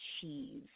cheese